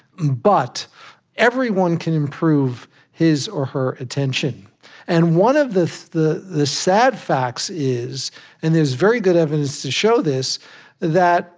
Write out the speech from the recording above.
but everyone can improve his or her attention and one of the the sad facts is and there's very good evidence to show this that